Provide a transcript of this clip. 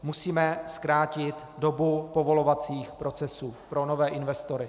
Musíme zkrátit dobu povolovacích procesů pro nové investory.